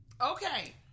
Okay